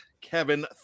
kevin